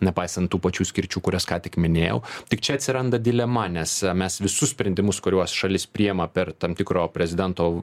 nepaisant tų pačių skirčių kurias ką tik minėjau tik čia atsiranda dilema nes mes visus sprendimus kuriuos šalis priima per tam tikro prezidento